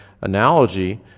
analogy